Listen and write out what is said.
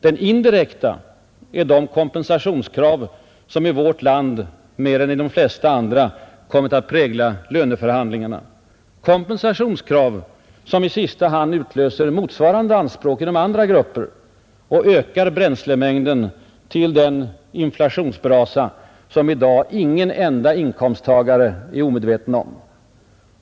Den indirekta är de kompensationskrav som i vårt land mer än i de flesta andra kommit att prägla löneförhandlingarna, kompensationskrav, som i sista hand utlöser motsvarande anspråk inom andra grupper och ökar bränslemängden till den inflationsbrasa som i dag ingen enda inkomsttagare är omedveten om.